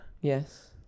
Yes